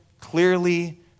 clearly